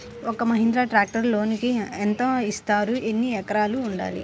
ఒక్క మహీంద్రా ట్రాక్టర్కి లోనును యెంత ఇస్తారు? ఎన్ని ఎకరాలు ఉండాలి?